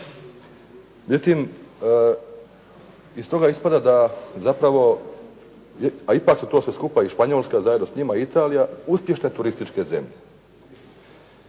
ipak su to sve skupa i Španjolska, zajedno s njima Italija, uspješne turističke zemlje.